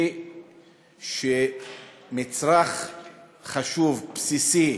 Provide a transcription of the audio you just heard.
והיא שמצרך חשוב, בסיסי,